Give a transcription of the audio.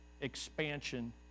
expansion